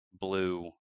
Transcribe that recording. blue